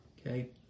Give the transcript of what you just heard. Okay